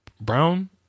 brown